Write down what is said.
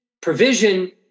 provision